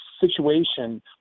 situation